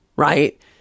Right